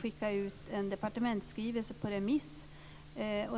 skicka ut en departementsskrivelse på remiss.